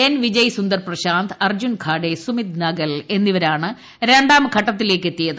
N Vijay Sundar Prashanth Arjun Kadhe Sumit Nagal എന്നിവരാണ് രണ്ടാംഘട്ടത്തിലേക്ക് എത്തിയത്